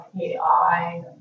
AI